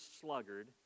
sluggard